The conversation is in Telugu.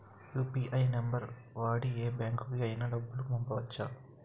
యు.పి.ఐ నంబర్ వాడి యే బ్యాంకుకి అయినా డబ్బులు పంపవచ్చ్చా?